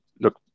look